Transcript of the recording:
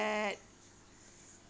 bad